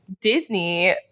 Disney